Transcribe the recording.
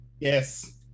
Yes